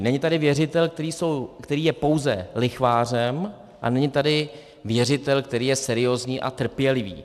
Není tady věřitel, který je pouze lichvářem, a není tady věřitel, který je seriózní a trpělivý.